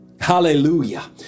hallelujah